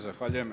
Zahvaljujem.